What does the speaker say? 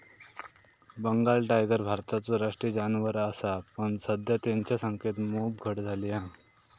Bengal tiger भारताचो राष्ट्रीय जानवर असा पण सध्या तेंच्या संख्येत मोप घट झाली हा